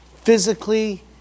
physically